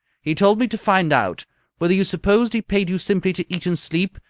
he told me to find out whether you supposed he paid you simply to eat and sleep,